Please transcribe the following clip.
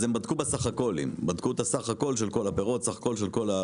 אז הם בדקו את סך כל הפירות וסך כל הירקות.